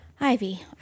Ivy